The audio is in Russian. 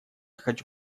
хочу